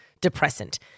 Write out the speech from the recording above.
depressant